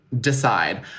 decide